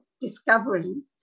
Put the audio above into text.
discovering